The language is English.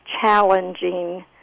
challenging